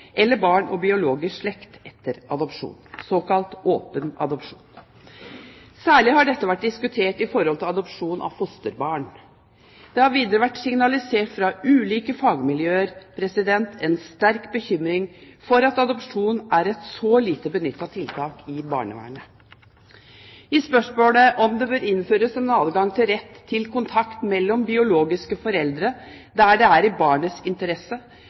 eller barn og biologisk slekt etter adopsjon, såkalt åpen adopsjon. Særlig har dette vært diskutert når det gjelder adopsjon av fosterbarn. Det har videre vært signalisert fra ulike fagmiljøer en sterk bekymring for at adopsjon er et så lite benyttet tiltak i barnevernet. I spørsmålet om det bør innføres en adgang til rett til kontakt mellom biologiske foreldre der det er i barnets interesse